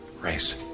Race